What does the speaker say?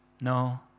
No